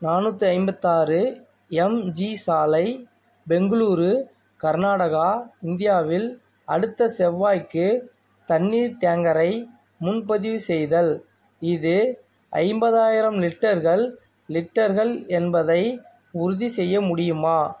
நானுாற்று ஐம்பத்தாறு எம்ஜி சாலை பெங்களூரு கர்நாடகா இந்தியாவில் அடுத்த செவ்வாய்க்கு தண்ணீர் டேங்கரை முன்பதிவு செய்தல் இது ஐம்பதாயிரம் லிட்டர்கள் லிட்டர்கள் என்பதை உறுதி செய்ய முடியுமா